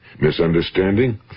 misunderstanding